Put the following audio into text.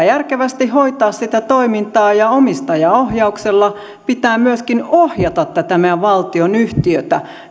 järkevästi hoitaa sitä toimintaa ja omistajaohjauksella pitää myöskin ohjata tätä meidän valtionyhtiötä